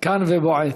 כאן ובועט.